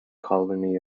colony